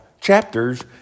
chapters